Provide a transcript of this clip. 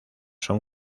son